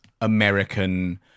American